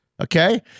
Okay